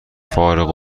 فارغ